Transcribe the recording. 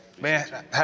Man